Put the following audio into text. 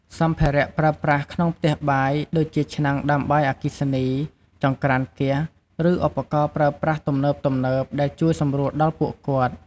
សម្ភារៈប្រើប្រាស់ក្នុងផ្ទះបាយ ដូចជាឆ្នាំងដាំបាយអគ្គិសនី ចង្ក្រានហ្គាស ឬឧបករណ៍ប្រើប្រាស់ទំនើបៗដែលជួយសម្រួលដល់ពួកគាត់។